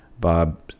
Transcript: Bob